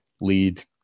lead